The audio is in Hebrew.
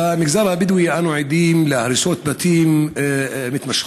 במגזר הבדואי אנו עדים להריסות בתים מתמשכות,